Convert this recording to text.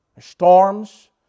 storms